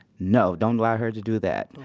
no, don't allow her to do that.